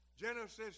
Genesis